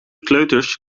kleuters